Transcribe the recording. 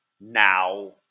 now